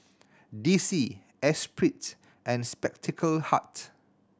D C Esprit and Spectacle Hut